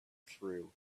through